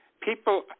People